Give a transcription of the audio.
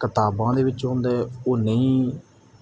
ਕਿਤਾਬਾਂ ਦੇ ਵਿੱਚ ਹੁੰਦੇ ਉਹ ਨਹੀਂ